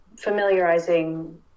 familiarizing